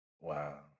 Wow